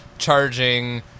charging